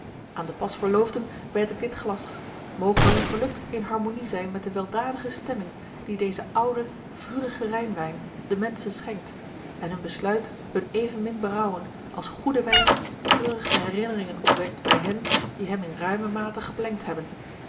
aan de pas verloofden wijd ik dit glas moge gerard keller het testament van mevrouw de tonnette hun geluk in harmonie zijn met de weldadige stemming die deze oude vurige rijnwijn den menschen schenkt en hun besluit hun evenmin berouwen als goede wijn treurige herinneringen opwekt bij hen die hem in ruime mate geplengd hebben